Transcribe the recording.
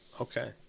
Okay